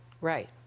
Right